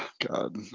God